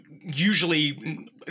usually